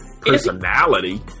personality